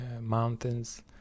mountains